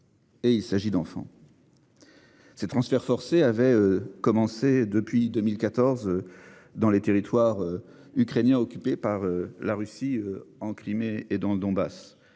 est, il s'agit d'enfants ... Ces transferts forcés ont commencé en 2014 dans les territoires ukrainiens occupés par la Russie, en Crimée et dans le Donbass.